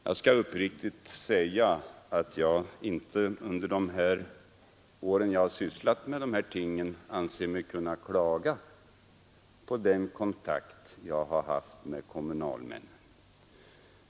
Jag skall uppriktigt säga att jag inte anser mig kunna klaga på de kontakter jag har haft med kommunalmännen under de år jag sysslat med dessa ting.